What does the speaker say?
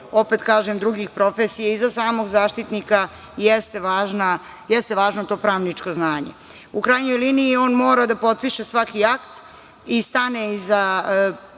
opet kažem, drugih profesija, i za samog Zaštitnika građana jeste važno to pravničko znanje.U krajnjoj liniji on mora da potpiše svaki akt i stane iza